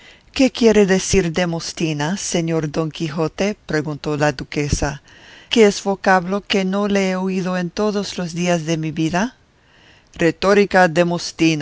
qué quiere decir demostina señor don quijote preguntó la duquesa que es vocablo que no le he oído en todos los días de mi vida retórica